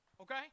okay